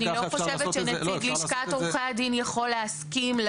אני לא חושבת שנציג לשכת עורכי הדין יכול להסכים או לא